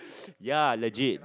ya legit